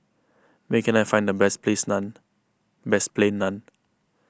where can I find the best Plains Naan best Plain Naan